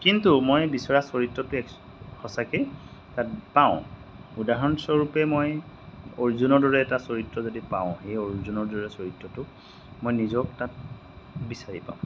কিন্তু মই বিচৰা চৰিত্ৰটো সঁচাকৈয়ে তাত পাওঁ উদাহৰণস্বৰূপে মই অৰ্জুনৰ দৰে এটা চৰিত্ৰ যদি পাওঁ সেই অৰ্জুনৰ দৰে চৰিত্ৰটো মই নিজক তাত বিচাৰি পাওঁ